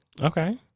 Okay